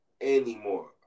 anymore